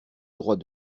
droit